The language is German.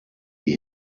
die